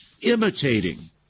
Imitating